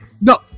No